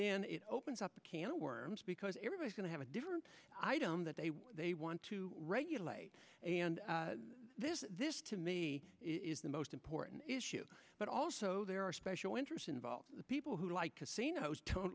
then it opens up a can of worms because everybody's going to have a different item that they want to regulate and this this to me is the most important issue but also there are special interests involved the people who like casinos to